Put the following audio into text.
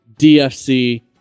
DFC